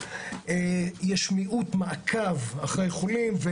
מיעוט מעקב אחרי חולים,